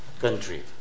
country